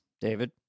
david